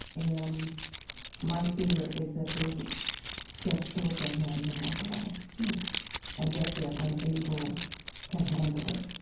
and my fear is that they will just throw up their hands and walk away and that they're unable to handle it.